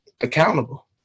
accountable